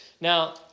Now